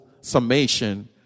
summation